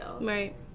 Right